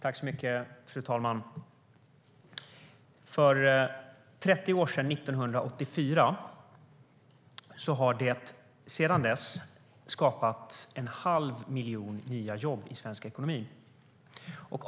Fru talman! Sedan 1984, alltså de senaste 30 åren, har det skapats en halv miljon nya jobb i svensk ekonomi.